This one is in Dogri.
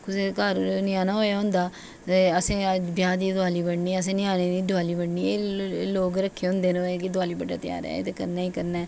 कुसै दे घर ञ्याणा होआ होंदा ते असें अज्ज ब्याह् दी दवाली बडंने असें ञ्याणें दी दवाली बंडनी लोग रखे दे होंदे ददी बड़ा धेयार ऐ एह्दे कन्नै